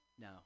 No